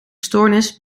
stoornis